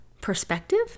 perspective